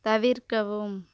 தவிர்க்கவும்